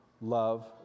love